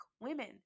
women